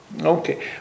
Okay